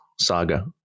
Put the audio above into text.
saga